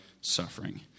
suffering